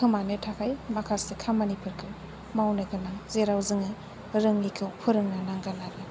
खोमानो थाखाय माखासे खामानिफोरखौ मावनो गोनां जेराव जोङो रोङैखौ फोरोंनो नांगोन आरो